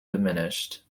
diminished